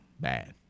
Bad